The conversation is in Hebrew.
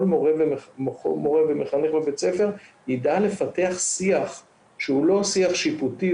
מורה ומחנך בבית הספר יידע לפתח שיח שהוא לא שיח שיפוטי,